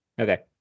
Okay